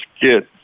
kids